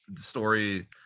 story